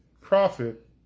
profit